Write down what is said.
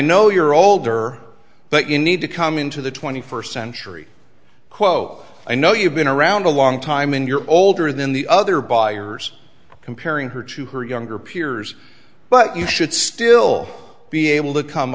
know you're older but you need to come into the twenty first century quote i know you've been around a long time and you're older than the other buyers comparing her to her younger peers but you should still be able to come